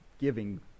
giving